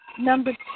number